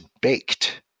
baked